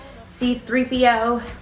C3PO